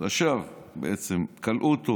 הוא ישב, כלאו אותו